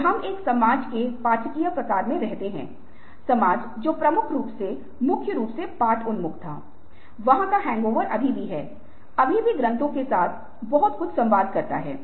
तो यहा एक समाधान शायद ओवरटाइम को गिरफ्तार करना है